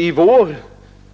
I vår